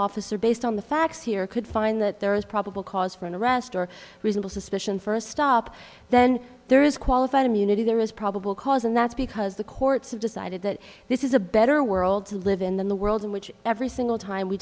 officer based on the facts here could find that there is probable cause for an arrest or reasonable suspicion for a stop then there is qualified immunity there is probable cause and that's because the courts have decided that this is a better world to live in than the world in which every single time we